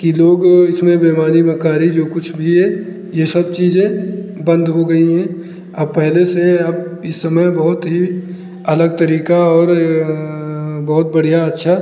कि जोग इसमें बीमारी मक्कारी जो कुछ भी है यह सब चीज़ें बंद हो गई हैं अब पहले से अब इस समय बहुत ही अलग तरीका और बहुत बढ़िया अच्छा